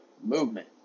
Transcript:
movement